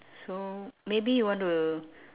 so maybe you want to